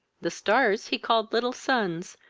the stars he called little suns,